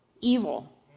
evil